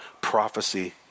prophecy